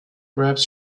grabs